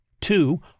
Two